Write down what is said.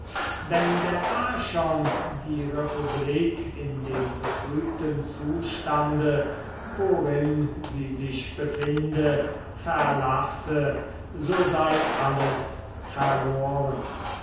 wenn der archon die republik in dem betrübten zustande worin sie sich befinde verlasse so sei alles verloren